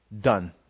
done